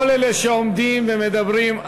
כל אלה שעומדים ומדברים,